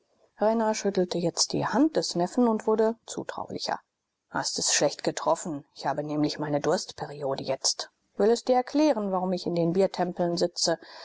renner schüttelte jetzt die hand des neffen und wurde zutraulicher hast es schlecht getroffen ich habe nämlich meine durstperiode jetzt will es dir erklären warum ich in den biertempeln sitze